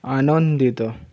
ଆନନ୍ଦିତ